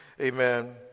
amen